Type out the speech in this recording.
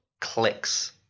clicks